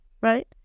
Right